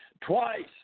Twice